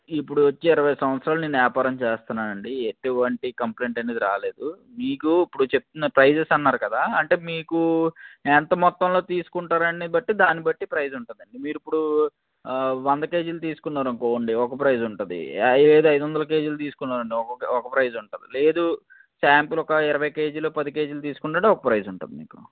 ఇప్పుడు వచ్చి ఇరవై సంవత్సరాలు నేను వ్యాపారం చేస్తున్నాను అండి ఎటువంటి కంప్లైంట్ అనేది రాలేదు మీకు ఇప్పుడు చెప్తున్న ప్రైసెస్ అన్నారు కదా అంటే మీకు ఎంత మొత్తంలో తీసుకుంటారు అనే దాన్నిబట్టి ప్రైస్ ఉంటుంది అండి మీరు ఇప్పుడు వంద కేజీలు తీసుకున్నారు అనుకోండి ఒక ప్రైస్ ఉంటుంది లేదు ఐదువందలు కేజీలు తీసుకున్నారు అనుకోండి ఒక ప్రైస్ ఉంటుంది లేదు శాంపుల్ ఒక ఇరవై కేజీలు పది కేజీలు తీసుకున్నారో ఒక ప్రైస్ ఉంటుంది మీకు